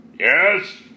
Yes